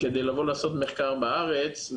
כדי לקבל את האישור שיש לי אישור להחזיק